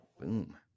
boom